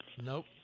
Nope